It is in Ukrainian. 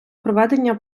проведення